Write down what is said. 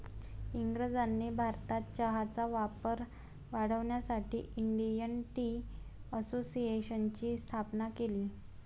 इंग्रजांनी भारतात चहाचा वापर वाढवण्यासाठी इंडियन टी असोसिएशनची स्थापना केली